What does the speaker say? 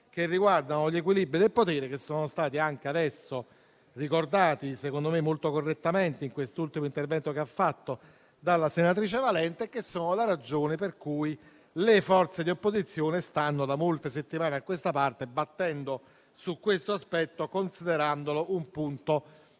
che riguardano gli equilibri del potere, che sono stati ricordati secondo me molto correttamente, in quest'ultimo intervento che ha fatto, dalla senatrice Valente e che sono la ragione per cui le forze di opposizione, da molte settimane a questa parte, stanno battendo su questo aspetto, considerandolo un punto assolutamente